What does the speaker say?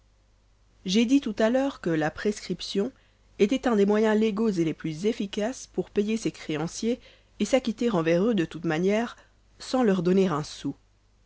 j'ai dit tout-à-l'heure que la prescription était un des moyens légaux et les plus efficaces pour payer ses créanciers et s'acquitter envers eux de toutes manières sans leur donner un sou